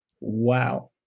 Wow